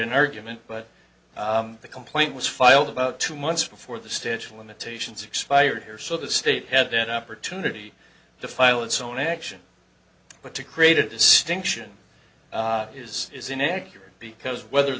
an argument but the complaint was filed about two months before the stage limitations expired here so the state had an opportunity to file its own action but to create a stink ssion is is inaccurate because whether